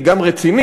היא גם רצינית,